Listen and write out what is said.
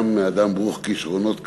גם מאדם ברוך כישרונות כמוך,